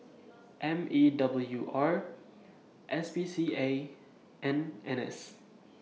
M E W R S P C A and N S